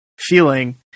feeling